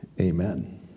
Amen